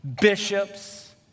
bishops